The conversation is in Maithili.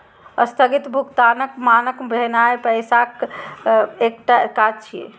स्थगित भुगतानक मानक भेनाय पैसाक एकटा काज छियै